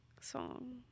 song